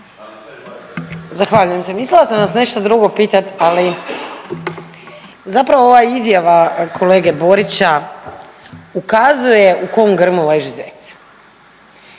Zahvaljujem se. Mislila sam vas nešto drugo pitati, ali zapravo ova izjava kolege Borića ukazuje u kom grmu leži zec.